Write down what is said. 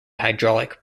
hydraulic